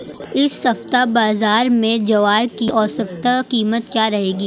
इस सप्ताह बाज़ार में ज्वार की औसतन कीमत क्या रहेगी?